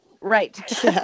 right